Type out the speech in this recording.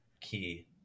key